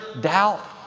doubt